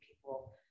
people